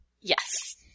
Yes